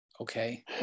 Okay